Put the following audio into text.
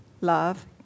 Love